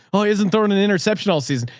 oh, isn't throwing an interception all season.